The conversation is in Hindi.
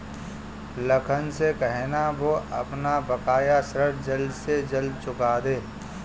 लखन से कहना, वो अपना बकाया ऋण जल्द से जल्द चुका दे